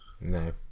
No